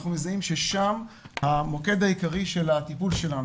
אנחנו מזהים ששם המוקד העיקרי של הטיפול שלנו.